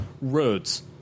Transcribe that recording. roads